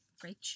great